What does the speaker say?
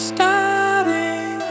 Starting